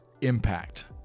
impact